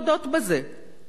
הוא נשמע גם שם,